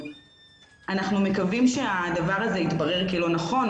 אנחנו מקווים שהדבר הזה יתברר כלא נכון,